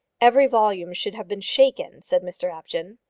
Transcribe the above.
every volume should have been shaken, said mr apjohn.